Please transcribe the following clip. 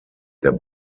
der